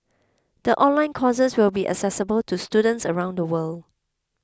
the online courses will be accessible to students around the world